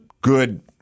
good